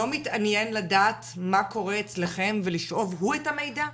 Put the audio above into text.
לא מתעניין לדעת מה קורה אצלכם ולשאוב הוא את המידע?